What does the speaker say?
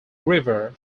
river